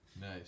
nice